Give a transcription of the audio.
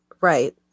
Right